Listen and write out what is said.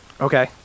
Okay